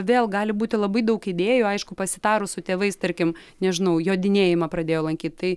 vėl gali būti labai daug idėjų aišku pasitarus su tėvais tarkim nežinau jodinėjimą pradėjo lankyt tai